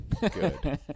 Good